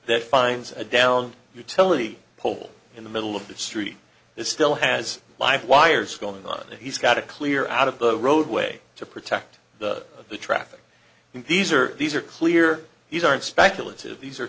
that finds a downed utility pole in the middle of the street is still has live wires going on and he's got to clear out of the roadway to protect the traffic and these are these are clear he's aren't speculative these are